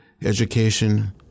education